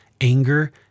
anger